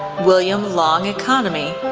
william long economy,